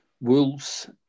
Wolves